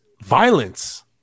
Violence